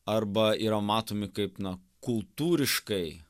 arba yra matomi kaip na kultūriškai